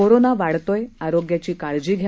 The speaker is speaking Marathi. कोरोना वाढतोय आरोग्याची काळजी घ्या